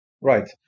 Right